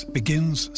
begins